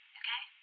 okay